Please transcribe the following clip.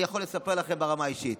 אני יכול לספר לכם ברמה האישית